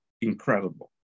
incredible